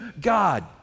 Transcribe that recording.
God